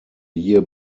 year